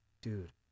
dude